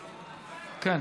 כן.